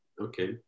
Okay